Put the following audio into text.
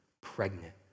pregnant